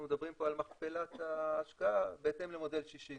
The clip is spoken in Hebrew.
מדברים פה על מכפלת ההשקעה בהתאם למודל ששינסקי.